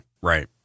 Right